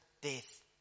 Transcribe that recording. death